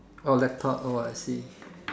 oh laptop oh I see